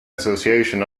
association